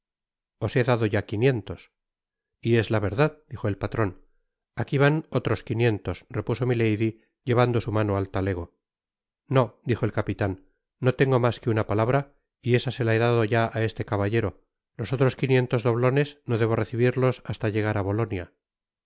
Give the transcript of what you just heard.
os he dado ya quinientos y es la verdad dijo el patron aqui van otros quinientos repuso milady llevando su mano al talego no dijo el capitan no tengo mas que una palabra y esa se la he dado ya á este caballero los otros quinientos doblones no debo recibirlos hasta llegar á bolonia